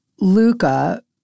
Luca